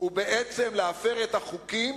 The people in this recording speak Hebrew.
ובעצם להפר את החוקים